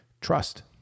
trust